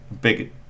big